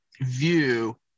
view